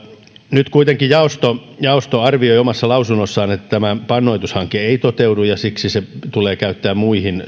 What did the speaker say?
nyt kuitenkin jaosto arvioi omassa lausunnossaan että tämä pannoitushanke ei toteudu ja siksi se tulee käyttää muihin